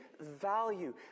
value